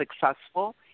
successful